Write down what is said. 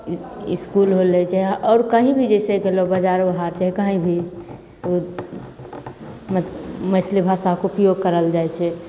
इसकुल होलै चाहे आओर कहीँ भी जइसे गेलहुँ बजारो हाट चाहे कहीँ भी ओ मैथिली भाषाके उपयोग करल जाइ छै